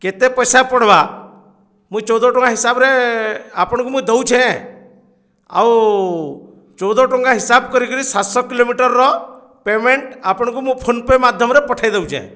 କେତେ ପଇସା ପଡ଼୍ବା ମୁଁ ଚଉଦ ଟଙ୍କା ହିସାବରେ ଆପଣଙ୍କୁ ମୁଁ ଦଉଛେଁ ଆଉ ଚଉଦ ଟଙ୍କା ହିସାବ କରିକିରି ସାତ ଶହ କିଲୋମିଟରର ପେମେଣ୍ଟ ଆପଣଙ୍କୁ ମୁଁ ଫୋନ୍ପେ ମାଧ୍ୟମରେ ପଠେଇ ଦଉଛେଁ